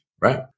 right